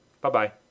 Bye-bye